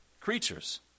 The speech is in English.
creatures